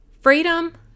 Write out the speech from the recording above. freedom